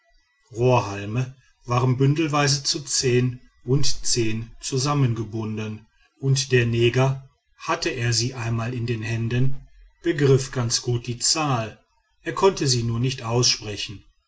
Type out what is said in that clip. rohrhalme waren bündelweise zu zehn und zehn zusammengebunden und der neger hatte er sie einmal in händen begriff ganz gut die zahl er konnte sie nur nicht aussprechen